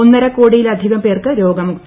ഒന്നരകോടിയിലധികം പേർക്ക് രോഗമുക്തി